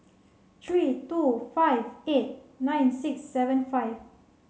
three two five eight nine six seven five